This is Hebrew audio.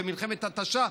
שהיא מלחמת התשה,